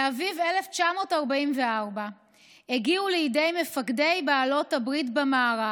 באביב 1944 הגיעו לידי מפקדי בעלות הברית במערב